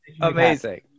amazing